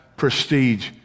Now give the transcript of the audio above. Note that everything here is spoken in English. prestige